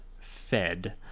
fed